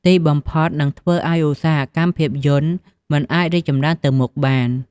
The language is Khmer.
ទីបំផុតនឹងធ្វើឱ្យឧស្សាហកម្មភាពយន្តមិនអាចរីកចម្រើនទៅមុខបាន។